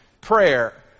prayer